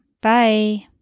Bye